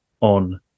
on